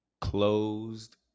closed